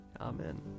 Amen